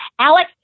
Alex